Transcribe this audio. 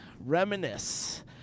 Reminisce